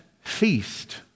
feast